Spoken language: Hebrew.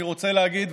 אני רוצה להגיד,